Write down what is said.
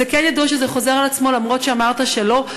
זה כן ידוע שזה חוזר על עצמו, אף שאמרת שלא.